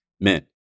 men